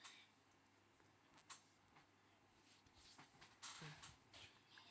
mm